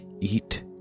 eat